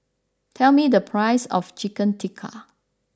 tell me the price of Chicken Tikka